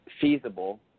feasible –